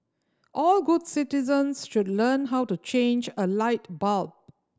all good citizens should learn how to change a light bulb